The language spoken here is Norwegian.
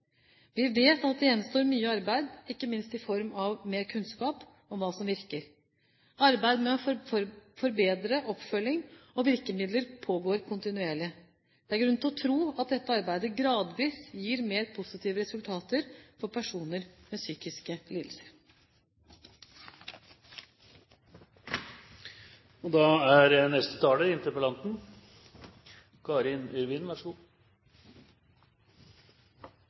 Vi vet at det gjenstår mye arbeid, ikke minst i form av mer kunnskap om hva som virker. Arbeidet med å forbedre oppfølging og virkemidler pågår kontinuerlig. Det er grunn til å tro at dette arbeidet gradvis gir mer positive resultater for personer med psykiske lidelser.